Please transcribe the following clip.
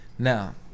Now